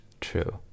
true